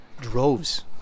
droves